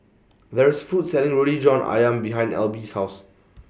There IS A Food Court Selling Roti John Ayam behind Alby's House